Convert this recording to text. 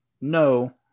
no